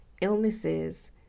illnesses